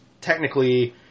technically